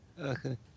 Okay